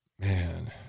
Man